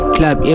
Club